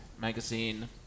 magazine